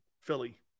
Philly